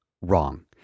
Wrong